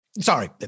Sorry